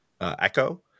echo